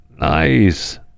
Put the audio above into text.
Nice